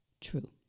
true